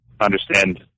understand